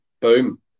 boom